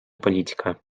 политика